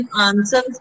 answers